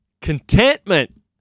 contentment